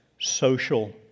social